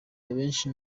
abenshi